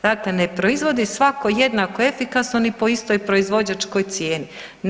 Dakle, ne proizvodi svako jednako efikasno ni po istoj proizvođačkoj cijeni.